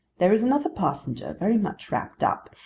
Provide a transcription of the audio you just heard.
there is another passenger very much wrapped-up,